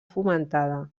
fomentada